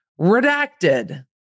redacted